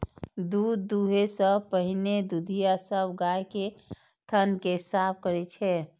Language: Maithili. दूध दुहै सं पहिने दुधिया सब गाय के थन कें साफ करै छै